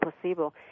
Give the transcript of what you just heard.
placebo